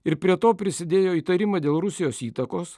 ir prie to prisidėjo įtarimai dėl rusijos įtakos